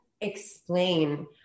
explain